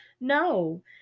no